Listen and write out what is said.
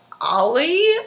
Ollie